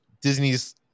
Disney's